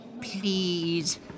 please